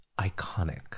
iconic